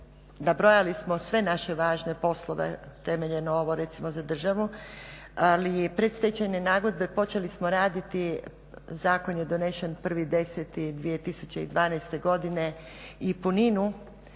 nabrajali smo sve naše važne poslove temeljem ovo recimo za državu, ali predstečajne nagodbe počeli smo raditi, zakon je donesen 01.10.2012. godine i puninu